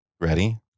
Ready